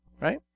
right